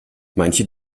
manche